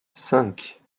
cinq